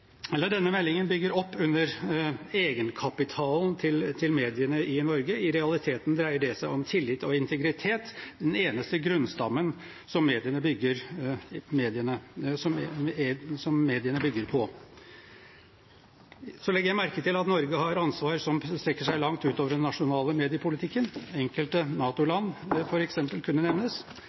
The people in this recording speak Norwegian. bygger opp under egenkapitalen til mediene i Norge. I realiteten dreier det seg om tillit og integritet – den eneste grunnstammen som mediene bygger på. Så legger jeg merke til at Norge har ansvar som strekker seg langt utover den nasjonale mediepolitikken . Enkelte NATO-land kunne nevnes